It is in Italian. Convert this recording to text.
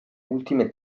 ultime